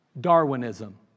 Darwinism